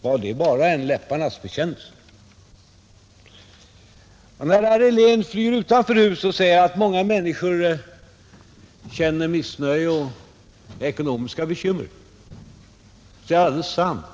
Var det bara en läpparnas bekännelse? Och när herr Helén flyr utanför huset och säger att många människor känner missnöje och ekonomiska bekymmer, så är det alldeles sant